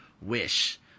wish